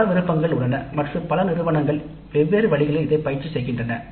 பல விருப்பங்கள் உள்ளன மற்றும் பல நிறுவனங்கள் வெவ்வேறு வழிகளில் இதைப் பயிற்சி செய்கின்றன